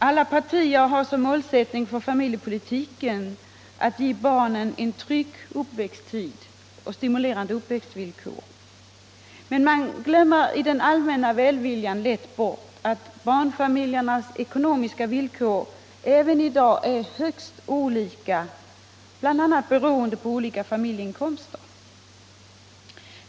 Alla partier har såsom målsättning för familjepolitiken att ge barnen en trygg uppväxttid och stimulerande uppväxtvillkor. Men i den allmänna välviljan glömmer man lätt bort att barnfamiljernas ekonomiska villkor även i dag är högst olika, bl.a. beroende på olika familjeinkomster.